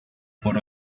por